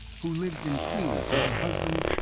who lives in queens with her husband,